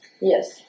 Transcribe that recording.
Yes